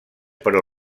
però